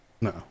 No